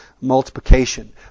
multiplication